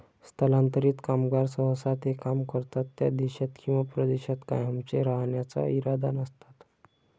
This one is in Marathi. स्थलांतरित कामगार सहसा ते काम करतात त्या देशात किंवा प्रदेशात कायमचे राहण्याचा इरादा नसतात